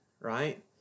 Right